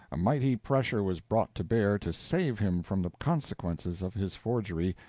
a mighty pressure was brought to bear to save him from the consequences of his forgery,